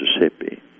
Mississippi